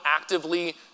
actively